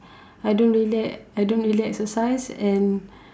I don't really I don't really exercise and